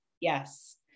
Yes